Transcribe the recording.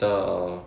after a